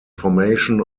formation